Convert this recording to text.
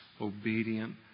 obedient